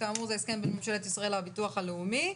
כאמור זה הסכם בין ממשלת ישראל לביטוח הלאומי.